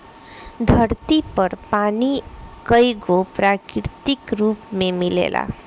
धरती पर पानी कईगो प्राकृतिक रूप में मिलेला